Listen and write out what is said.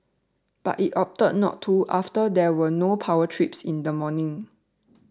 but it opted not to after there were no power trips in the morning